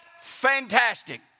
fantastic